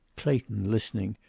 clayton, listening,